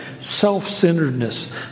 self-centeredness